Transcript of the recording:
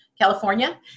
California